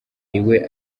iwe